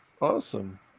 awesome